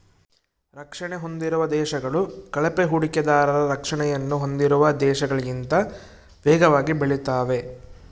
ರಕ್ಷಣೆ ಹೊಂದಿರುವ ದೇಶಗಳು ಕಳಪೆ ಹೂಡಿಕೆದಾರರ ರಕ್ಷಣೆಯನ್ನು ಹೊಂದಿರುವ ದೇಶಗಳಿಗಿಂತ ವೇಗವಾಗಿ ಬೆಳೆತಾವೆ